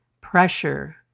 pressure